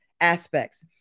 aspects